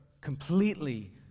completely